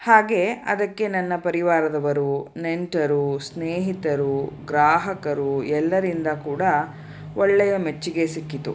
ಹಾಗೆ ಅದಕ್ಕೆ ನನ್ನ ಪರಿವಾರದವರು ನೆಂಟರು ಸ್ನೇಹಿತರು ಗ್ರಾಹಕರು ಎಲ್ಲರಿಂದ ಕೂಡ ಒಳ್ಳೆಯ ಮೆಚ್ಚುಗೆ ಸಿಕ್ಕಿತು